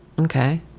Okay